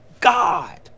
God